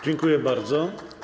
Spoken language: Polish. Dziękuję bardzo.